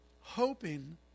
hoping